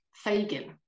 Fagin